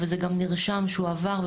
וזה גם נרשם שהוא עבר,